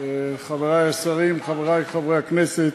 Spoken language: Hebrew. חברי השרים, חברי חברי הכנסת,